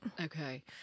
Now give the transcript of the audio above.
Okay